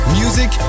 music